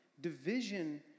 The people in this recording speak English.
division